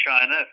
China